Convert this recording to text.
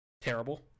terrible